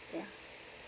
yeah